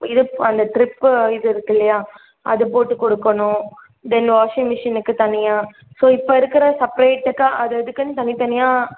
இது அந்த ட்ரிப் இது இருக்கில்லையா அது போட்டு கொடுக்கணும் தென் வாஷிங் மெஷினுக்கு தனியாக ஸோ இப்போது இருக்கிற செப்பரேட்டுக்கா அது அதுக்குன்னு தனித்தனியாக